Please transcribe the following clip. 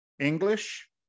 English